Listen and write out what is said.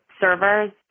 servers